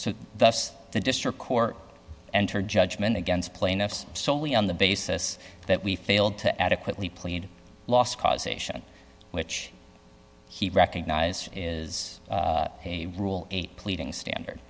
o the district court entered judgment against plaintiffs solely on the basis that we failed to adequately played last causation which he recognized is a rule eight pleading standard